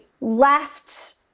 left